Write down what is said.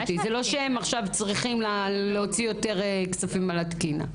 זה לא שעכשיו הם צריכים להוציא יותר כספים על התקינה.